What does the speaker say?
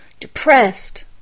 depressed